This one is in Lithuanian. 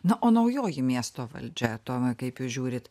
na o naujoji miesto valdžia tomai kaip jūs žiūrit